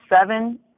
Seven